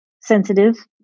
sensitive